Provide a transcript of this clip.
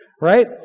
right